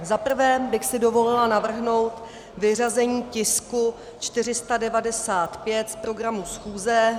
Za prvé bych si dovolila navrhnout vyřazení tisku 495 z programu schůze.